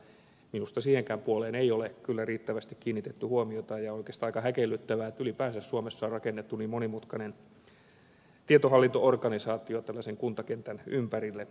minusta siihenkään puoleen ei ole kyllä riittävästi kiinnitetty huomiota ja on oikeastaan aika häkellyttävää että ylipäätään suomessa on rakennettu niin monimutkainen tietohallinto organisaatio tällaisen kuntakentän ympärille